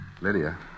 Lydia